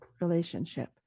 relationship